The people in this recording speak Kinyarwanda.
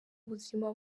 buzima